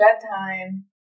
bedtime